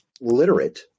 literate